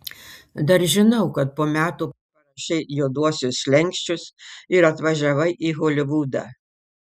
dar žinau kad po metų parašei juoduosius slenksčius ir atvažiavai į holivudą